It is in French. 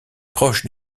proche